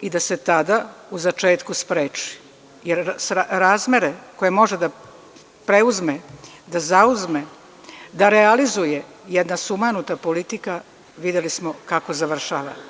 i da se tada u začetku spreči, jer razmere koje može da preuzme, da zauzme, da realizuje jedna sumanuta politika, videli smo kako završava.